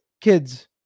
kids